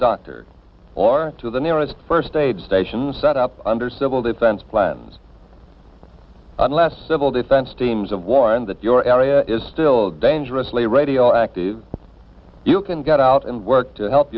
doctor or to the nearest first aid stations set up under civil defense plans unless civil defense teams and warn that your area is still dangerously radioactive you can get out and work to help